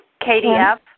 KDF